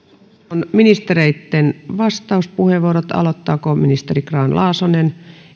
ministereitten vastauspuheenvuorot aloittaako ministeri grahn laasonen